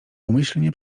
umyślnie